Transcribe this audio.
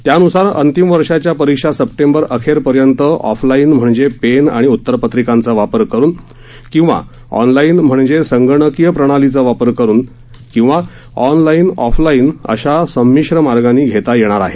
त्यानुसार अंतिम वर्षाच्या परीक्षा सप्टेंबर अखेरपर्यंत ऑफलाइन म्हणजे पेन आणि उतरपत्रिकांचा वापर करून किंवा ऑनलाईन म्हणजे संगणकीय प्रणालीचा वापर करून किंवा ऑनलाइन ऑफलाइन अशा संमिश्र मार्गांनी घेता येणार आहेत